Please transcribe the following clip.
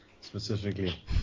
specifically